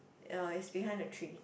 ya is behind the tree